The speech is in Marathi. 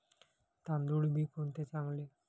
तांदूळ बी कोणते चांगले?